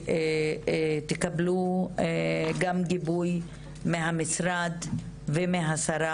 באמת שתקבלו גם גיבוי מהמשרד ומהשרה,